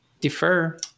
defer